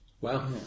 Wow